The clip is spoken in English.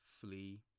flee